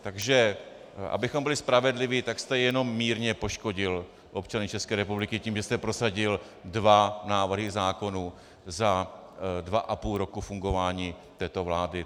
Takže abychom byli spravedliví, tak jste jenom mírně poškodil občany České republiky tím, že jste prosadil dva návrhy zákonů za dva a půl roku fungování této vlády.